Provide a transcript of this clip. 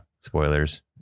Spoilers